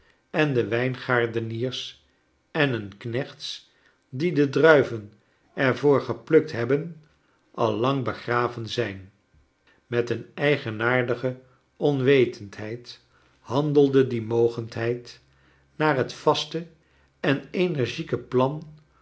en de wijngaardeniers en bun knechts die de druiven er voor geplukt hebben al lang begraven zijn met een eigenaardige onwetendheid handelde die mogendheid naar het vaste en energieke plan